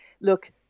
look